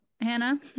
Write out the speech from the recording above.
hannah